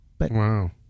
Wow